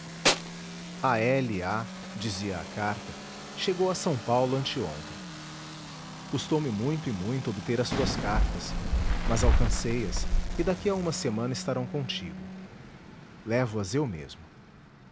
a dizia a carta chegou a s paulo anteontem custou-me muito e muito obter as tuas cartas mas alcancei as e daqui a uma semana estarão contigo levo-as eu mesmo